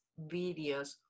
videos